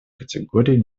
категории